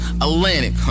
Atlantic